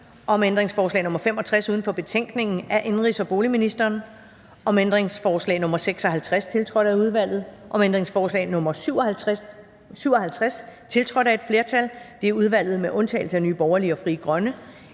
om ændringsforslag nr. 65 uden for betænkningen af indenrigs- og boligministeren, om ændringsforslag nr. 56, tiltrådt af udvalget, om ændringsforslag nr. 57, tiltrådt af et flertal (udvalget med undtagelse af NB og FG) eller